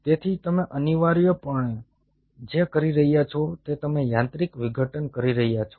તેથી તમે અનિવાર્યપણે જે કરી રહ્યા છો તે તમે યાંત્રિક વિઘટન કરી રહ્યા છો